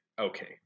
okay